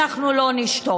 ואנחנו לא נשתוק.